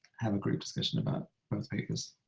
have a group discussion about those papers.